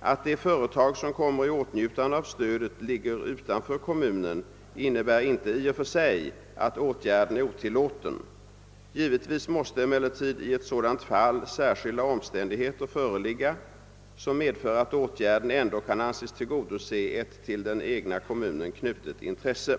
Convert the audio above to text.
Att det företag som kommer i åtnjutande av stödet ligger utanför kommunen innebär inte i och för sig att åtgärden är otillåten. Givetvis måste emellertid i ett sådant fall särskilda omständigheter föreligga som medför att åtgärden ändå kan anses tillgodose ett till den egna kommunen knutet intresse.